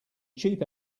cheap